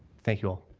thank you all.